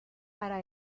para